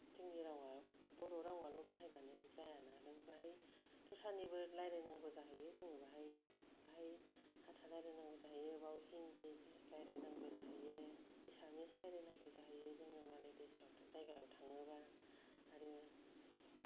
जोंनि रावआ बर' रावाल' बाहायनानै जायाना नों बाहाय दस्रानिबो रायलायनांगौ जाहैयो जोङो बाहाय बाहाय हारसा रायलायनांगौ जाहैयो बाव हिन्दी रायलायनांगौ जाहैयो एसामिस रायलायनांगौ जाहैयो जोङो मालाय देसावथ' जायगायाव थाङोबा आरो